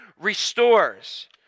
restores